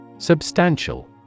Substantial